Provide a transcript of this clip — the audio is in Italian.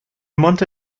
monte